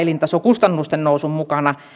elintasokustannusten nousun mukana